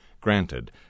Granted